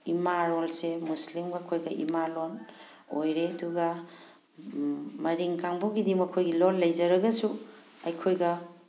ꯏꯃꯥꯂꯣꯟꯁꯦ ꯃꯨꯁꯂꯤꯝꯒ ꯑꯩꯈꯣꯏꯒ ꯏꯃꯥꯂꯣꯟ ꯑꯣꯏꯔꯦ ꯑꯗꯨꯒ ꯃꯔꯤꯡ ꯀꯥꯡꯕꯨꯒꯤꯗꯤ ꯃꯈꯣꯏꯒꯤ ꯂꯣꯟ ꯂꯩꯖꯔꯒꯁꯨ ꯑꯩꯈꯣꯏꯒ